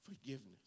forgiveness